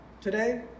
today